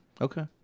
Okay